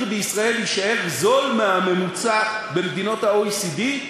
בישראל יישאר זול מהממוצע במדינות ה-OECD,